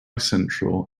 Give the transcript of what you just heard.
central